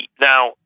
Now